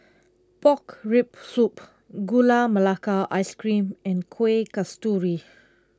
Pork Rib Soup Gula Melaka Ice Cream and Kuih Kasturi